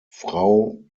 frau